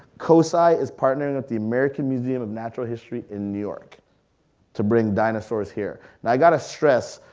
cosi is partnering with the american museum of natural history in new york to bring dinosaurs here. now i gotta stress,